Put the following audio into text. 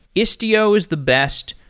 istio is the best.